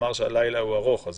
אמר שהלילה ארוך אז